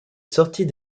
sortis